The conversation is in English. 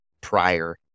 prior